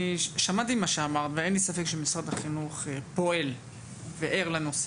שמעתי מה שאמרת ואין לי ספק שמשרד החינוך פועל וער לנושא.